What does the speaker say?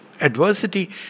adversity